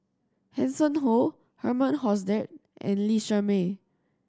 Hanson Ho Herman Hochstadt and Lee Shermay